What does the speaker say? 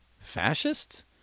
Fascists